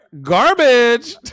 garbage